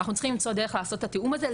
אנחנו צריכים למצוא דרך לעשות את התיאום הזה,